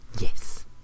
Yes